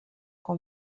com